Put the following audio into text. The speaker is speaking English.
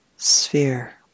Sphere